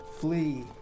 flee